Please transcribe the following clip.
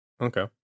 Okay